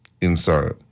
inside